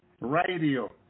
Radio